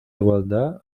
igualdad